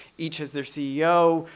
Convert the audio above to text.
each has their ceo,